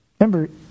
Remember